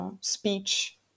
speech